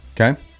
Okay